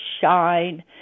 shine